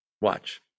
Watch